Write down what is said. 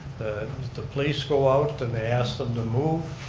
the police go out and they ask them to move,